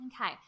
okay